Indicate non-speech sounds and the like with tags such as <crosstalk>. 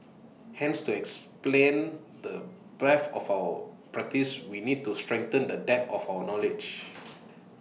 hence to explained the breadth of our practice we need to strengthen the depth of our knowledge <noise>